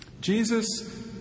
Jesus